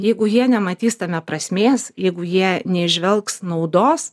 jeigu jie nematys tame prasmės jeigu jie neįžvelgs naudos